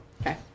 Okay